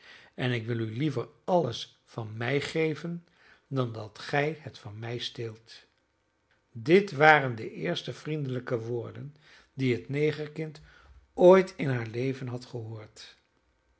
en ik wil u liever alles van mij geven dan dat gij het van mij steelt dit waren de eerste vriendelijke woorden die het negerkind ooit in haar leven had gehoord